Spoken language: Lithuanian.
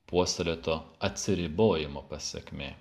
puoselėto atsiribojimo pasekmė